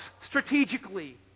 strategically